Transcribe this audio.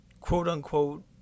quote-unquote